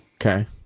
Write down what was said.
Okay